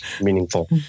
meaningful